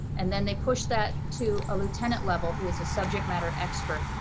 and then they push that to a lieutenant level who is a subject matter expert.